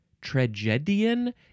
Tragedian